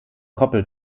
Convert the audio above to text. koppel